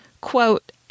Quote